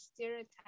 stereotypes